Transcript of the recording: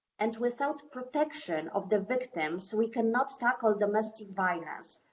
and without protection of the victims, we cannot tackle domestic violence,